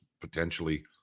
potentially